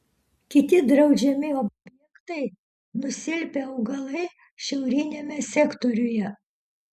kiti draudžiami objektai nusilpę augalai šiauriniame sektoriuje